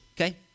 Okay